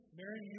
Mary